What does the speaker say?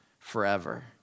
forever